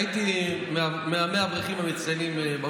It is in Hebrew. הייתי מ-100 האברכים המצטיינים של